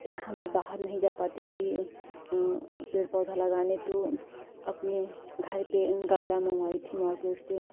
यहाँ मैं बाहर नहीं जा पाती थी पेड़ पौधा लगाने तो अपने घर पर गमला मंगवाई थी मार्केट से